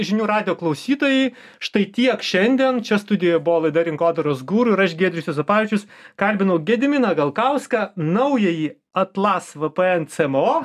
žinių radijo klausytojai štai tiek šiandien čia studijoje buvo laida rinkodaros guru ir aš giedrius juozapavičius kalbinau gediminą galkauską naująjį atlas vpn cmo